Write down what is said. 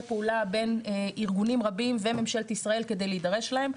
פעולה בין ארגונים רבים וממשלת ישראל כדי להידרש להם.